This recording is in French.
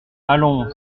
allons